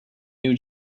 new